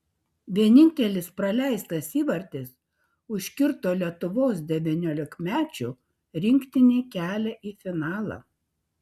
vienintelis praleistas įvartis užkirto lietuvos devyniolikmečių rinktinei kelią į finalą